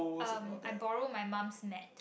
um I borrow my mum's mat